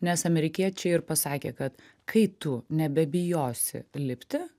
nes amerikiečiai ir pasakė kad kai tu nebebijosi lipti